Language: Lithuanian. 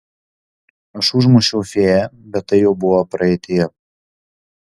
aš užmušiau fėją bet tai jau buvo praeityje